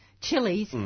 chilies